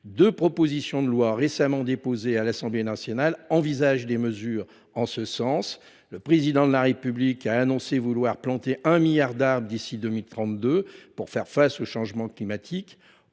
Deux propositions de loi récemment déposées à l’Assemblée nationale envisagent des mesures en ce sens. Le Président de la République a annoncé vouloir planter un milliard d’arbres d’ici à 2032 pour faire face au changement climatique.